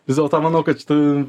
vis dėlto manau kad tu